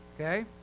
Okay